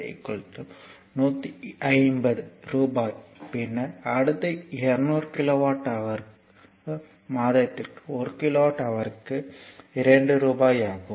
5 150 ரூபாய் பின்னர் அடுத்த 200 கிலோவாட் ஹவர் மாதத்திற்கு ஒருகிலோவாட் ஹவர்க்கு 2 ரூபாய் ஆகும்